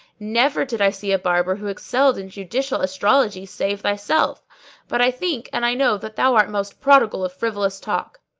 never did i see a barber who excelled in judicial astrology save thyself but i think and i know that thou art most prodigal of frivolous talk.